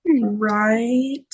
right